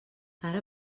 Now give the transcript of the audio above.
ara